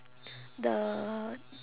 the